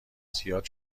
زیاد